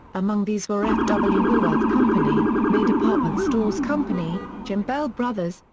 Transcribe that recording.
among these were f w. woolworth company, may department stores company, gimbel brothers,